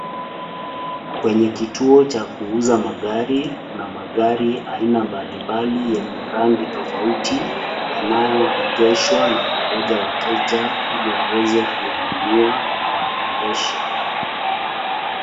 Kwenye kituo cha kuuza magari kuna magari aina mbalimbali yenye rangi tofauti yanayoegezwa na kungoja wateja ili waweze kununua na waendeshe.